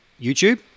YouTube